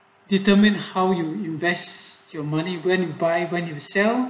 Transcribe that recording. determine how you invest your money when you buy when you sell